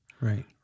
right